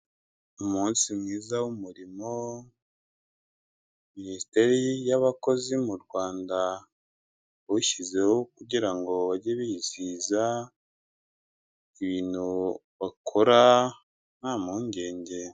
Umunsi mwiza w'umurimo, minisiteri y'abakozi mu Rwanda yawushyizeho kugira ngo bajye bizihiza ibintu bakora nta mpungenge.